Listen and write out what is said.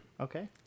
Okay